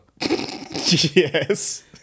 Yes